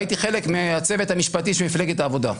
והייתי חלק מהצוות המשפטי של מפלגת העבודה.